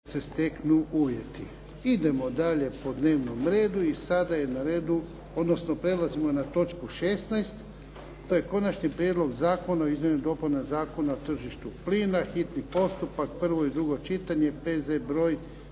Ivan (HDZ)** Idemo dalje po dnevnom redu i sada je na redu, odnosno prelazimo na točku 16. to je - Konačni prijedlog zakona o izmjenama i dopunama Zakona o tržištu plina, hitni postupak, prvo i drugo čitanje, P.Z. broj